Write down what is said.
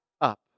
up